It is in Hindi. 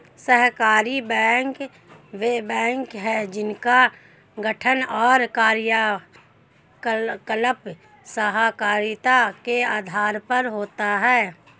सहकारी बैंक वे बैंक हैं जिनका गठन और कार्यकलाप सहकारिता के आधार पर होता है